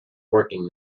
working